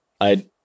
I-